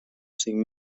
cinc